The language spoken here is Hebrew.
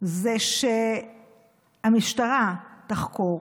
זה שהמשטרה תחקור,